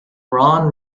ron